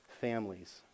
families